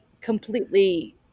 completely